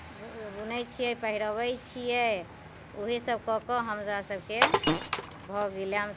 बु बुनैत छियै पहिरबै छियै उएहसभ कऽ कऽ हमरासभके भऽ गेलै हमसभ